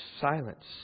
silence